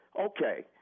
Okay